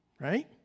right